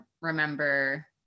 remember